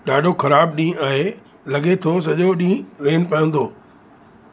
ॾाढो ख़राबु ॾींहुं आहे लॻे थो सॼो ॾींहुं रेन पवंदो